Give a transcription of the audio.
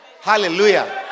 Hallelujah